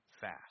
fast